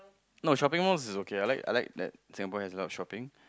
no shopping malls is okay I like that Singapore has a lot of shopping